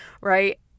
right